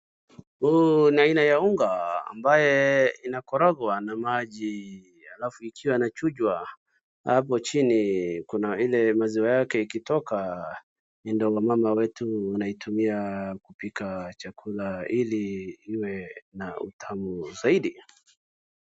Huu ni aina ya unga ambaye inakorogwa na maji alafu ikiwanachujwa. Hapo chini kuna ile maziwa yake ikitoka ndiyo wamama wetu wanaitumia kupika chakula ili iwe na utamu zaidi.